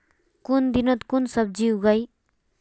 कुन दिनोत कुन सब्जी उगेई?